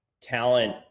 talent